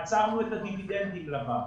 עצרנו את הדיווידנדים לבנק.